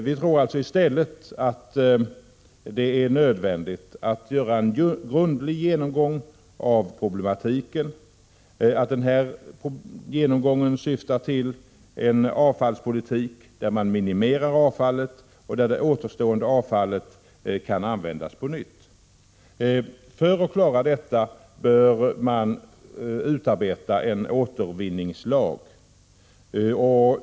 Vi tror i stället att det är nödvändigt att göra en grundlig genomgång av problematiken och att denna genomgång skall syfta till en avfallspolitik där man minimerar avfallet och där det återstående avfallet kan användas på nytt. För att klara detta bör det utarbetas en återvinningslag.